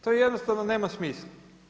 To jednostavno nema smisla.